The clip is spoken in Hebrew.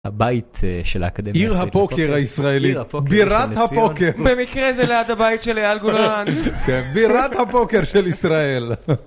הבית של האקדמיה, עיר הפוקר הישראלית, בירת הפוקר, במקרה זה ליד הבית של אייל גולן, בירת הפוקר של ישראל.